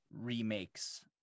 remakes